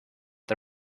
the